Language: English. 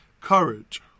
Courage